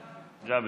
ג'אבר.